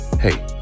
hey